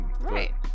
Right